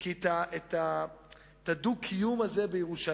כי את הדו-קיום הזה בירושלים,